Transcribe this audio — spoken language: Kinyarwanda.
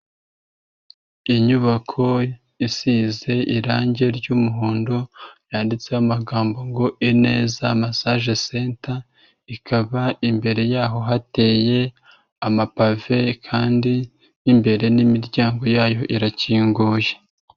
Inyubako yasize irangi ry'umuhondo, yanditseho amagambo ngo Ineza message center, ikaba imbere yaho hateye amapave kandi mo imbere n'imiryango yayo irakinguye.